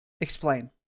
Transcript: Explain